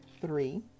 Three